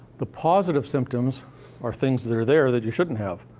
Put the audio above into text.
the positive symptoms are things that are there that you shouldn't have,